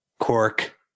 Cork